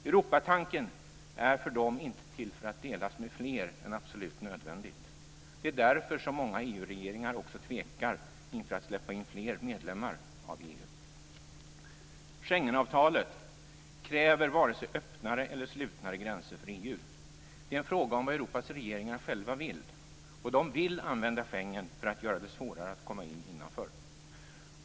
Europatanken är från det hållet inte till för att delas med fler än absolut nödvändigt. Det är också därför som många EU-regeringar tvekar inför att släppa in fler medlemmar i EU. Schengensamarbetet kräver inte vare sig öppnare eller slutnare gränser för EU. Det är en fråga om vad Europas regeringar själva vill - och de vill använda Schengen till att göra det svårare att komma in.